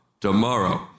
tomorrow